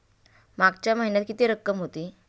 मागच्या महिन्यात किती रक्कम होती?